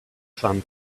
fund